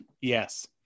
Yes